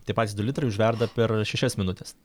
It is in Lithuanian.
tie patys du litrai užverda per šešias minutes